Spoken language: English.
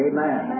Amen